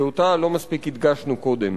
שאותה לא מספיק הדגשנו קודם,